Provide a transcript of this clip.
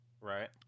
Right